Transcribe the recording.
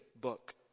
book